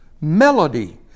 melody